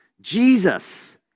Jesus